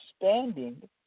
expanding